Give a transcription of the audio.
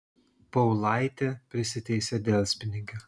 paulaitė prisiteisė delspinigių